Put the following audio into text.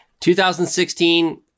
2016